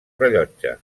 rellotge